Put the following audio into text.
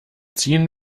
ziehen